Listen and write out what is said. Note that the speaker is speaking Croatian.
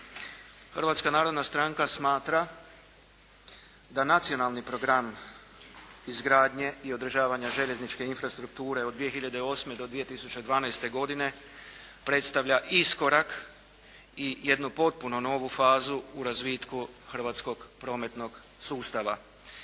Hrvatska narodna stranka smatra da Nacionalni program izgradnje i održavanja željezničke infrastrukture od 2008. do 2012. godine predstavlja iskorak i jednu potpuno novu fazu u razvitku hrvatskog prometnog sustava.